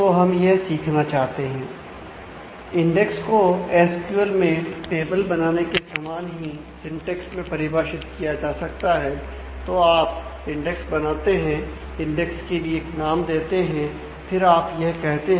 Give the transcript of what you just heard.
तो हम यह सीखना चाहते हैं